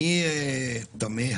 אני מדבר